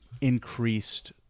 increased